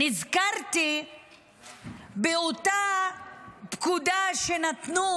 נזכרתי באותה פקודה שנתנו